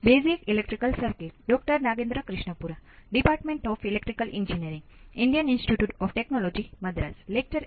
આ op amp ના વિદ્યુત પ્રવાહના નિયમનું પાલન કરતું નથી